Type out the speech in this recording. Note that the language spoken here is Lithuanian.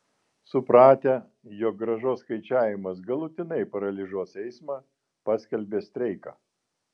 supratę jog grąžos skaičiavimas galutinai paralyžiuos eismą paskelbė streiką